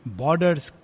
borders